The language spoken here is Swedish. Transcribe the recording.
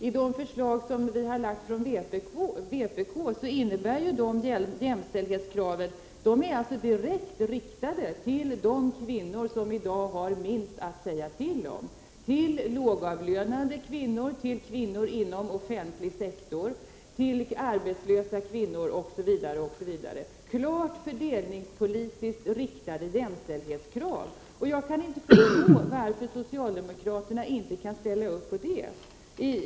I de förslag som vi från vpk har lagt fram är jämställdhetskraven direkt inriktade på kvinnor som i dag har minst att säga till om — lågavlönade kvinnor, kvinnor inom offentlig sektor, arbetslösa kvinnor osv. Det är klart fördelningspolitiskt riktade jämställdhetskrav. Jag kan inte förstå varför socialdemokraterna inte kan ställa upp på det.